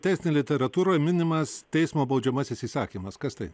teisinėje literatūroje minimas teismo baudžiamasis įsakymas kas tai